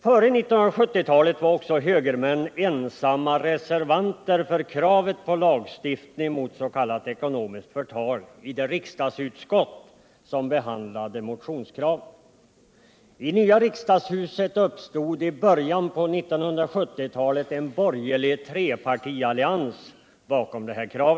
Före 1970-talet var också högermän ensamma reservanter i det riksdagsutskott som behandlade motionskravet på lagstiftning mot s.k. ekonomiskt förtal. I det nya riksdagshuset uppstod i början av 1970-talet en borgerlig trepartiallians bakom detta krav.